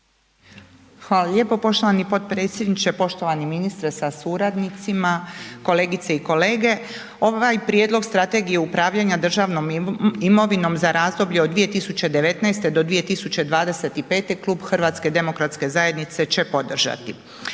Hvala lijepo poštovani potpredsjedniče. Poštovani ministre sa suradnicima, kolegice i kolege, ovaj Prijedlog Strategije upravljanje državnom imovinom za razdoblje od 2019. do 2025. Klub HDZ-a će podržati.